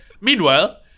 meanwhile